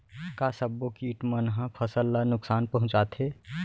का सब्बो किट मन ह फसल ला नुकसान पहुंचाथे?